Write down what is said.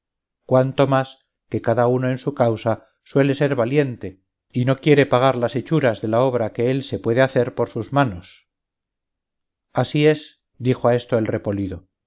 cuanto más que cada uno en su causa suele ser valiente y no quiere pagar las hechuras de la obra que él se puede hacer por sus manos así es dijo a esto el